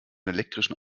elektrischen